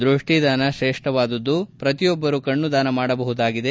ದೃಷ್ಠಿದಾನ ಶ್ರೇಷ್ಠವಾದದ್ದು ಶ್ರತಿಯೊಬ್ಬರು ಕಣ್ಣು ದಾನಮಾಡಬಹುದಾಗಿದೆ